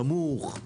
נמוך.